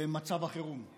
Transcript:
למצב החירום.